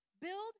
Build